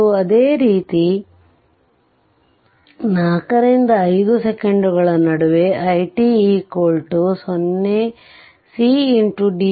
ಮತ್ತು ಅದೇ ರೀತಿ 4 ರಿಂದ 5 ಸೆಕೆಂಡುಗಳ ನಡುವೆ i t c dvtdt